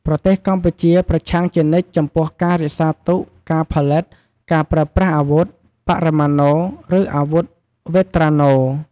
ប្រទេសកម្ពុជាប្រឆាំងជានិច្ចចំពោះការរក្សាទុក ការផលិត ការប្រើប្រាស់អាវុធ បរិមាណូ ឬអាវុធវេត្រាណូ។